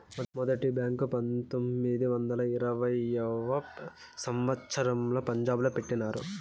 మొదటి బ్యాంకు పంతొమ్మిది వందల ఇరవైయవ సంవచ్చరంలో పంజాబ్ లో పెట్టినారు